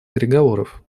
переговоров